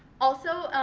also,